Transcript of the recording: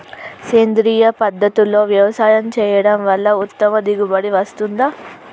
సేంద్రీయ పద్ధతుల్లో వ్యవసాయం చేయడం వల్ల ఉత్తమ దిగుబడి వస్తుందా?